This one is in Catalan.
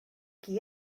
qui